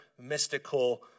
mystical